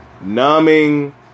numbing